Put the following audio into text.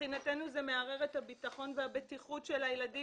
מבחינתנו זה מערער את הביטחון והבטיחות של הילדים,